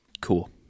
Cool